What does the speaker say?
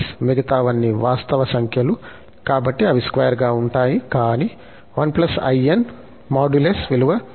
మిగతావన్నీ వాస్తవ సంఖ్యలు కాబట్టి అవి స్క్వేర్ గా ఉంటాయి కానీ 1 in మాడ్యులస్ విలువ 1 n2 అవుతుంది